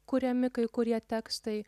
kuriami kai kurie tekstai